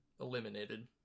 eliminated